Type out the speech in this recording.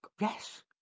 Yes